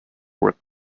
were